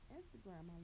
Instagram